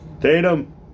Tatum